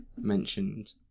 mentioned